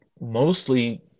mostly